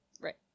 Right